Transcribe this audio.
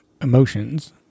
emotions